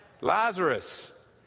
Lazarus